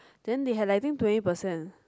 then they have like I think twenty percent